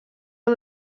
amb